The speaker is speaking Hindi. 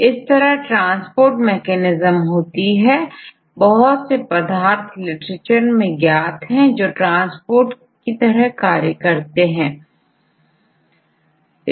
तो इस तरह ट्रांसपोर्ट मेकैनिज्म होती है लिटरेचर में बहुत सारी ट्रांसपोर्ट विधियां दी गई है जिनके द्वारा आयन और मॉलिक्यूल का मेंब्रेन को पार कर सकते हैं